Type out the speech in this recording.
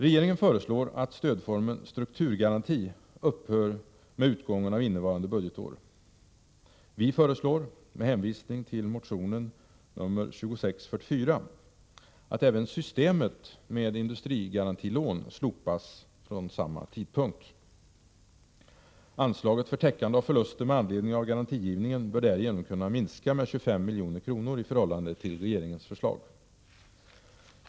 Regeringen föreslår att stödformen strukturgaranti upphör med utgången av innevarande budgetår. Vi föreslår, med hänvisning till motion 1983/ 84:2644, att även systemet med industrigarantilån slopas från samma tidpunkt. Anslaget för täckande av förluster med anledning av garantigivningen bör därigenom kunna minskas med 25 milj.kr. i förhållande till regeringens förslag.